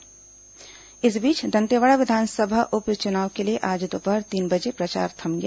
दंतेवाड़ा उप चुनाव इस बीच दंतेवाड़ा विधानसभा उप चुनाव के लिए आज दोपहर तीन बजे प्रचार थम गया